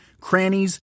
crannies